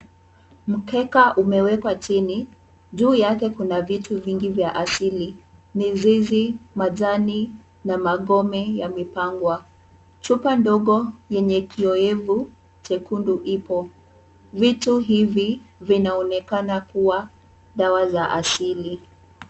Mkeka umewekwa chini, juu yake kuna vitu vingi vya asili, mizizi, majani na magome yamepangwa. Chupa ndogo yenye kioevu chekundu ipo. Vitu hivi vinaonekana kuwa dawa za asili.